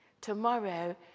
Tomorrow